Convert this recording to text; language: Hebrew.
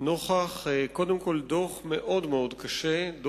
נוכח דוח מאוד קשה שפורסם השבוע,